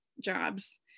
jobs